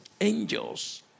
Angels